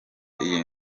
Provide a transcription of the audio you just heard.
iyi